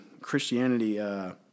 Christianity